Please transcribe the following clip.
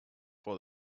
for